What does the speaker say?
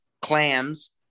clams